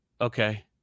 okay